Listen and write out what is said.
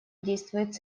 действовать